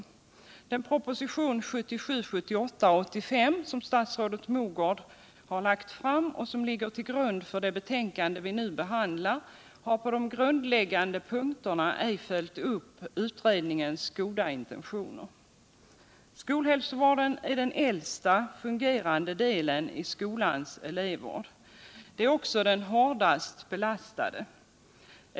Propositionen 1977/78:85, som statsrådet Mogård lagt fram och som ligger till grund för det betänkande vi nu behandlar, har på de grundläggande punkterna ej följt upp utredningens goda intentioner. Skolhälsovården är den äldsta fungerande delen i skolans elevvård, men också den hårdast belastade.